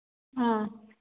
ꯑꯥ